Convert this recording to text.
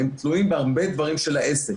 הם תלויים בהרבה דברים של העסק,